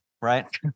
right